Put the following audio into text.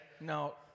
No